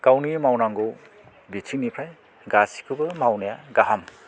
गावनि मावनांगौ बिथिंनिफ्राय गासिखौबो मावनाया गाहाम